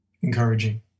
encouraging